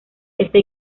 este